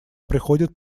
приходит